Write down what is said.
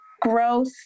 growth